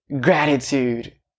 gratitude